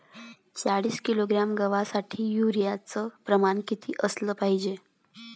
चाळीस किलोग्रॅम गवासाठी यूरिया च प्रमान किती असलं पायजे?